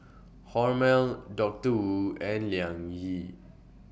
Hormel Doctor Wu and Liang Yi